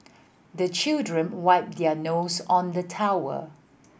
the children wipe their nose on the towel